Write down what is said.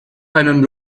einen